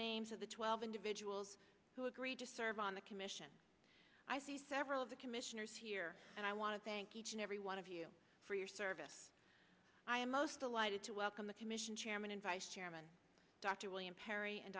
names of the twelve individuals who agreed to serve on the commission i see several of the commissioners here and i want to thank each and every one of you for your service i am most delighted to welcome the commission chairman and vice chairman dr william perry and